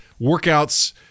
workouts